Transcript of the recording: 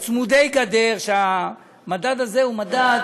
הם על הגבול, צמודי גדר, שהמדד הזה הוא מדד